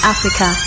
Africa